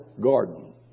garden